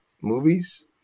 movies